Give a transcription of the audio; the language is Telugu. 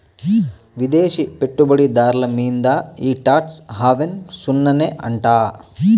విదేశీ పెట్టుబడి దార్ల మీంద ఈ టాక్స్ హావెన్ సున్ననే అంట